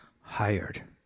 hired